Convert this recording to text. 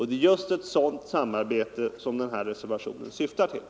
Det är just ett sådant samarbete som reservationen syftar till.